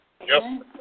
Yes